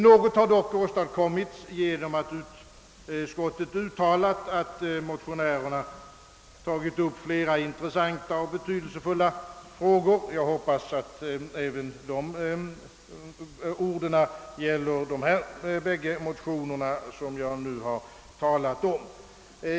Något har dock åstadkommits genom att utskottet uttalar att »motionärerna tagit upp flera intressanta och betydelsefulla frågor». Jag hoppas, att dessa ord gäller även det motionspar som jag nu talat om.